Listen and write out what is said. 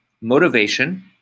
motivation